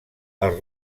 els